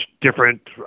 different